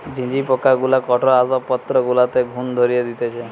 ঝিঝি পোকা যেগুলা কাঠের আসবাবপত্র গুলাতে ঘুন ধরিয়ে দিতেছে